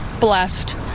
blessed